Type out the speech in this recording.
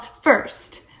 first